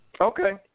Okay